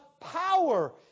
power